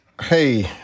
Hey